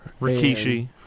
rikishi